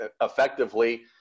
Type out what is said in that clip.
effectively